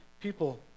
people